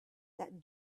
that